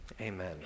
Amen